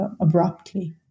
abruptly